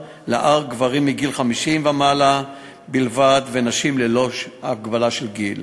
גברים מגיל 50 ומעלה בלבד ונשים ללא הגבלה של גיל.